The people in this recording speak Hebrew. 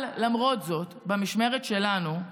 אבל למרות זאת במשמרת שלנו,